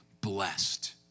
blessed